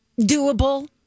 doable